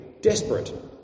desperate